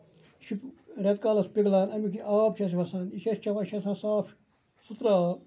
یہِ چھُ رٮ۪تہٕ کالَس پِگلان اَمیُک یہِ آب چھُ اَسہِ وَسان یہِ چھِ أسۍ چیٚوان یہِ چھُ آسان صاف سُتھرٕ آب